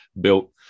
built